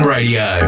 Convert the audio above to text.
Radio